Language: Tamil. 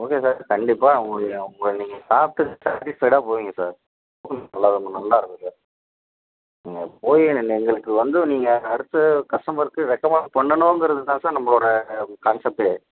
ஓகே சார் கண்டிப்பாக உங்களுக்கு ஏ உங்கள் நீங்கள் சாப்பிட்டு சேட்டிஸ்ஃபைடாக போவீங்க சார் உங்களுக்கு நல்லவிதமாக நல்லாயிருக்கும் சார் நீங்கள் போய் என் எங்களுக்கு வந்து நீங்கள் அடுத்த கஸ்டமருக்கு ரெக்கமெண்ட் பண்ணணுங்கிறது தான் சார் நம்மளோட கான்செப்ட்டே